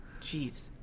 Jeez